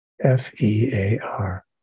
F-E-A-R